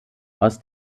aus